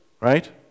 right